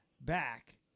back